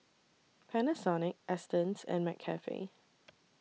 Panasonic Astons and McCafe